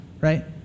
right